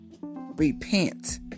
repent